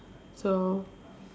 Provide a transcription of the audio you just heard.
so